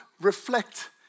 reflect